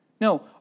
No